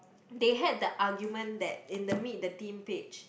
they had the argument that in the meet the team page